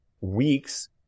weeks